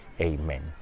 Amen